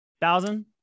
Thousand